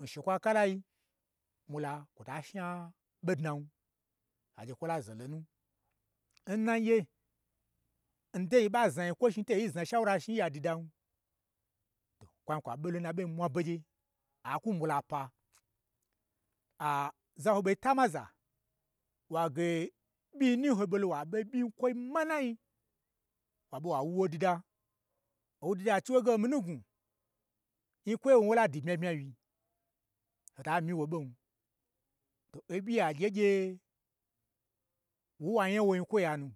Nshekwa karai mula kwota shna ɓo dnan, ha gye kwola zo lonu, n naye n dei, yi ɓa zna nyikwo shni to yi zha shaura shni nya didan, to kwan kjwa ɓolon na ɓoyi n mwa begye, akwu mula pa. zaho ɓota maza, wange ɓyi nui ho ɓolowa ɓe n ɓyinkwoi manai yi, waɓe wa wu wo dida, owo dida chi woge omii nugnwu, nyikwoye nwonyi wola dwu bmya bmya wyi, hota myin wo ɓon, to oɓya gye n gye n wa nyawo nyikwo yanu,